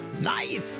Nice